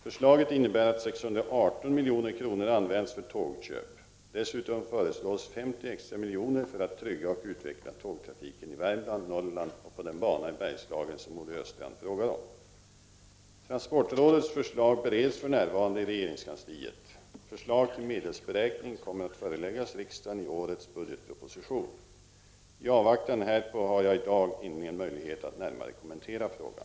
Förslaget innebär att 618 milj.kr. används för tågköp. Dessutom föreslås 50 extra miljoner för att trygga och utveckla tågtrafiken i Värmland, Norrland och på den bana i Bergslagen som Olle Östrand frågar om. Transportrådets förslag bereds för närvarande i regeringskansliet. Förslag till medelsberäkning kommer att föreläggas riksdagen i årets budgetproposition. I avvaktan härpå har jag i dag ingen möjlighet att närmare kommentera frågan.